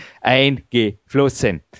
eingeflossen